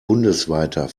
bundesweiter